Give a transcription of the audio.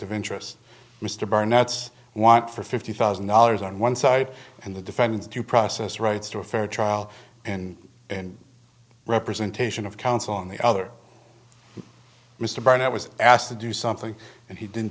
of interest mr barnett's want for fifty thousand dollars on one side and the defendant's due process rights to a fair trial and in representation of counsel on the other mr barnett was asked to do something and he didn't